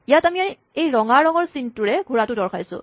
ইয়াত আমি এই ৰঙা ৰঙৰ চিনটোৰে ঘোঁৰাটো দৰ্শাইছো